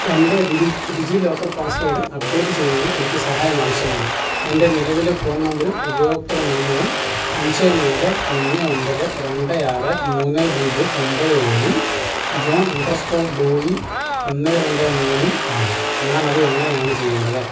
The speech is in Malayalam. എന്റെ ഡിജീലോക്കർ പാസ്വേഡ് അപ്ഡേറ്റ് ചെയ്യുന്നതിന് എനിക്ക് സഹായം ആവശ്യമാണ് എന്റെ നിലവിലെ ഫോൺ നമ്പരും ഉപയോക്തൃനാമവും അഞ്ച് നാല് ഒന്ന് ഒമ്പത് രണ്ട് ആറ് മൂന്ന് പൂജ്യം ഒമ്പത് ഏഴും ജോൺ അണ്ടർസ്കോർ ഡോയി ഒന്ന് രണ്ട് മൂന്നും ആണ് ഞാൻ അത് എങ്ങനെയാണ് ചെയ്യേണ്ടത്